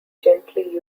gently